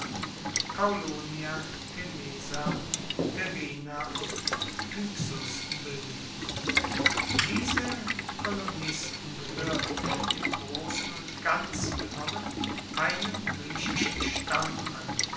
kaulonia temesa terina und pyxus bildeten diese kolonisten gehoerten im grossen und ganzen genommen einem griechischen stamm an